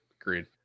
Agreed